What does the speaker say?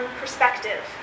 perspective